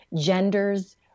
genders